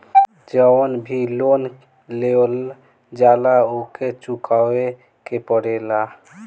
जवन भी लोन लेवल जाला उके चुकावे के पड़ेला